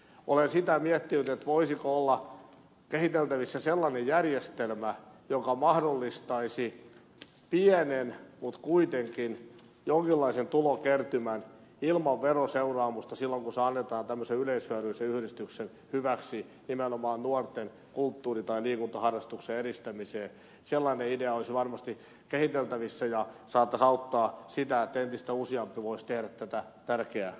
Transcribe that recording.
olen sitä miettinyt voisiko olla kehiteltävissä sellainen järjestelmä joka mahdollistaisi pienen mutta kuitenkin jonkinlaisen tulokertymän ilman veroseuraamusta silloin kun se annetaan tämmöisen yleishyödyllisen yhdistyksen hyväksi nimenomaan nuorten kulttuuri tai liikuntaharrastuksen edistämiseen selaimeidea on varmasti kehiteltävissä ja rautakauppaa siitä entistä uusia muisteli sota tärkeä